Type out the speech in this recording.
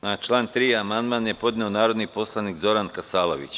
Na član 3. amandman je podneo narodni poslanik Zoran Kasalović.